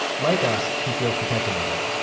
like us, he feels protective of it.